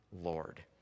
Lord